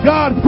God